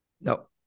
No